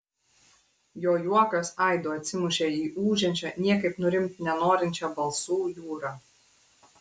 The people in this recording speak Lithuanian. jo juokas aidu atsimušė į ūžiančią niekaip nurimti nenorinčią balsų jūrą